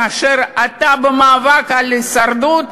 כאשר אתה במאבק על הישרדות,